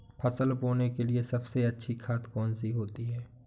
फसल बोने के लिए सबसे अच्छी खाद कौन सी होती है?